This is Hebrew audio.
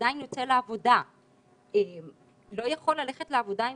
שעדיין יוצא לעבודה לא יכול ללכת לעבודה אם